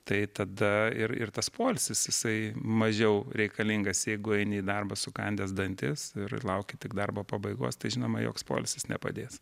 tai tada ir ir tas poilsis jisai mažiau reikalingas jeigu eini į darbą sukandęs dantis ir lauki tik darbo pabaigos tai žinoma joks poilsis nepadės